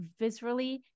viscerally